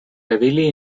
heavily